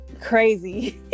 crazy